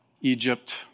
Egypt